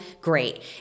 Great